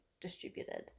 distributed